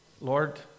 Lord